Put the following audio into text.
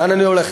לאן אני הולכת?